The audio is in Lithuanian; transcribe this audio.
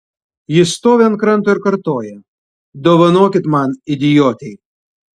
ji stovi ant kranto ir kartoja dovanokit man idiotei